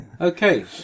Okay